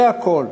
זה הכול.